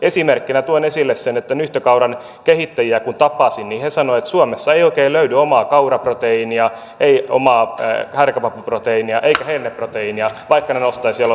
esimerkkinä tuon esille sen että nyhtökauran kehittäjiä kun tapasin niin he sanoivat että suomessa ei oikein löydy omaa kauraproteiinia ei omaa härkäpapuproteiinia eikä herneproteiinia vaikka ne nostaisivat jalostusarvoa